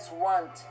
want